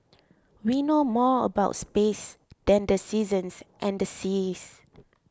we know more about space than the seasons and the seas